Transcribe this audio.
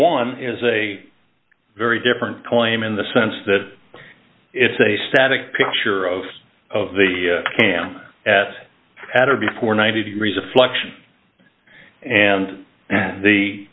one is a very different claim in the sense that it's a static picture of of the cam at at or before ninety degrees of flexion and the